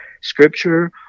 scripture